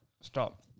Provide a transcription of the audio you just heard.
Stop